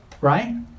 right